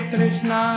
Krishna